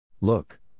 Look